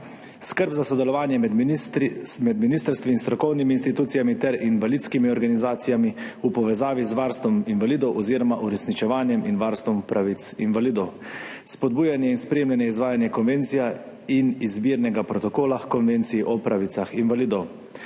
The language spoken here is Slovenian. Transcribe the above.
skrb za sodelovanje med ministrstvi in strokovnimi institucijami ter invalidskimi organizacijami v povezavi z varstvom invalidov oziroma uresničevanjem in varstvom pravic invalidov; spodbujanje in spremljanje izvajanja konvencije in izbirnega protokola h Konvenciji o pravicah invalidov;